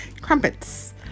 Crumpets